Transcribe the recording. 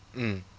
mm